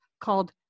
called